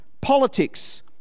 politics